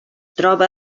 troba